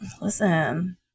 listen